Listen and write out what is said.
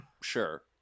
Sure